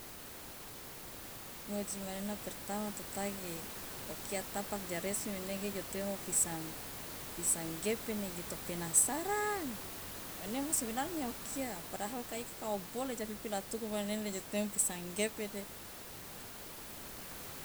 ngoji manena pertama to tagi okia tapak ja resmi nege temo pisang pisang gepe nege to penasaran mane sebenarnya okia padahal keika kawo bole ja pipilatuku de jo temo pisang gepe de.